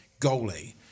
goalie